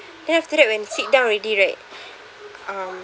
then after that when sit down already right um